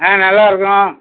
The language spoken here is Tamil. ஆ நல்லா இருக்கோம்